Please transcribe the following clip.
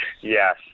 Yes